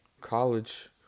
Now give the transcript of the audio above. college